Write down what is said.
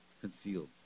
concealed